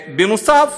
נוסף